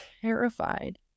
terrified